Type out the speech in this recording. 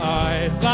eyes